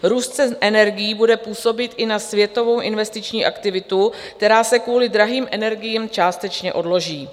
Růst cen energií bude působit i na světovou investiční aktivitu, která se kvůli drahým energiím částečně odloží.